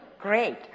Great